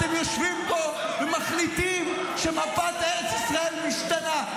אתם יושבים פה ומחליטים שמפת ארץ ישראל משתנה.